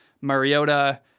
Mariota